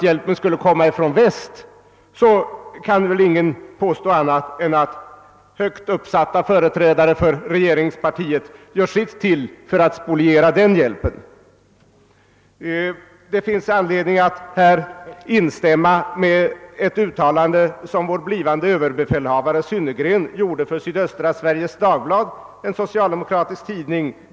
Ingen kan väl påstå annat än att högt uppsatta företrädare för regeringspartiet gör sitt för att spoliera möjligheten att hjälpen skall komma från väst. Det finns anledning att instämma i det uttalande som vår blivande överbefälhavare Synnergren häromdagen gjorde för Sydöstra Sveriges Dagblad, en socialdemokratisk tidning.